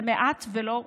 זה מעט ולא מספיק.